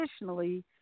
additionally